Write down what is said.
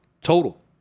total